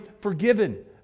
forgiven